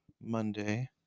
Monday